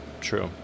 True